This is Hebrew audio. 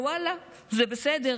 ואללה, זה בסדר.